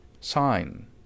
Sign